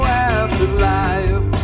afterlife